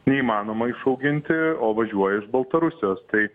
neįmanoma išauginti o važiuoja iš baltarusijos tai